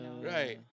right